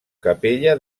capella